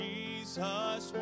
Jesus